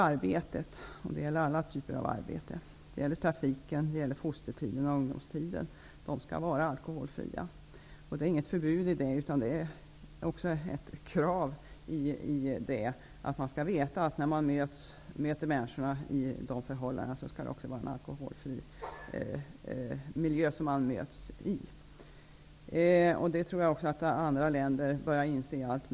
Arbetet -- och det gäller alla typer av arbete --, trafiken, fostertiden och ungdomstiden skall vara alkoholfria. Det ligger inget förbud i det, utan det är ett krav att när man möter människor i de sammanhangen skall det vara i en alkoholfri miljö. Jag tror också att allt fler länder börjar inse detta.